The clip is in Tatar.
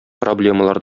проблемалар